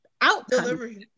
outcome